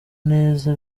neza